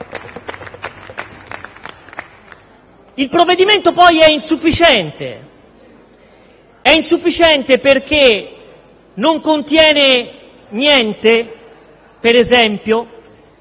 Il provvedimento, poi, è insufficiente perché non contiene niente, per esempio,